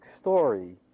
story